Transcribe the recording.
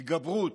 התגברות,